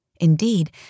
Indeed